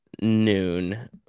noon